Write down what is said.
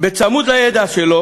צמוד לידע שלו